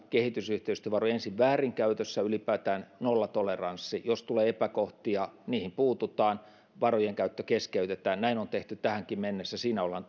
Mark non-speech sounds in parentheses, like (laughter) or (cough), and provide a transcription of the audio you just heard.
kehitysyhteistyövarojen väärinkäytössä ylipäätään nollatoleranssi ja jos tulee epäkohtia niihin puututaan varojen käyttö keskeytetään näin on tehty tähänkin mennessä siinä ollaan (unintelligible)